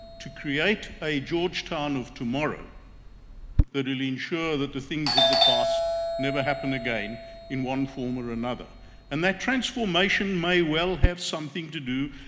to create a georgetown of tomorrow that will ensure that the things of the past never happen again in one form or another and that transformation may well have something to do,